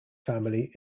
family